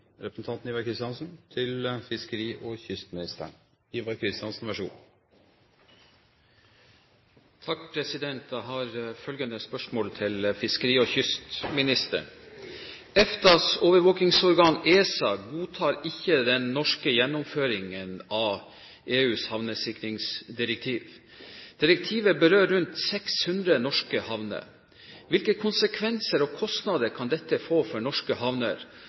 til fiskeri- og kystministeren: «EFTAs overvåkingsorgan, ESA, godtar ikke den norske gjennomføringen av EUs havnesikringsdirektiv. Direktivet berører rundt 600 norske havner. Hvilke konsekvenser og kostnader kan dette få for norske